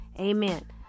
amen